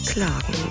Klagen